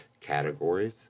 categories